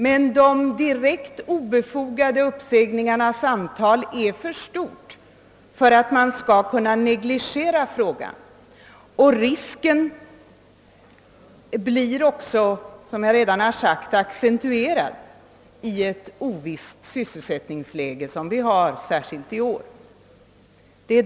Men antalet direkt obefogade uppsägningar är för stort för att man skall kunna negligera frågan. Risken blir också, som jag redan framhållit, accentuerad i ett ovisst sysselsättningsläge som vi har särskilt i år. Herr talman!